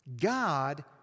God